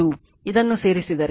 ಇದನ್ನು ಸೇರಿಸಿದರೆ ಅದು ನಿಜವಾಗಿ 3